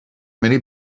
many